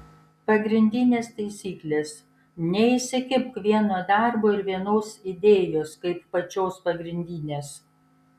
pagrindinės taisyklės neįsikibk vieno darbo ir vienos idėjos kaip pačios pagrindinės